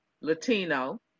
Latino